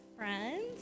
Friends